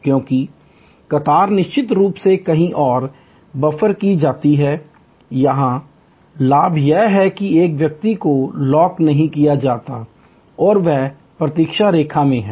क्योंकि कतार निश्चित रूप से कहीं और बफ़र की जाती है यहाँ लाभ यह है कि एक व्यक्ति को लॉक नहीं किया जाता है और वह प्रतीक्षा रेखा में है